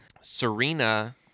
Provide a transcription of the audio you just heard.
Serena